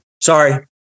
Sorry